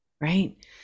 Right